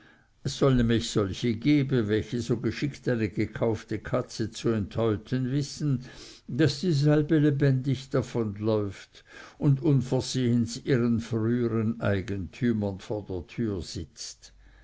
es soll nämlich solche geben welche so geschickt eine gekaufte katze zu enthäuten wissen daß dieselbe lebendig davonläuft und unversehens ihren frühern eigentümern vor der türe sitzt